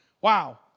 Wow